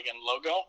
logo